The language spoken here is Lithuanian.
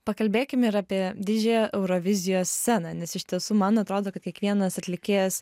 pakalbėkim ir apie didžiąją eurovizijos sceną nes iš tiesų man atrodo kad kiekvienas atlikėjas